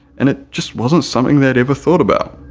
and it just wasn't something they'd ever thought about.